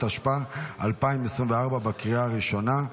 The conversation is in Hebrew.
התשפ"ה 2024, לקריאה הראשונה.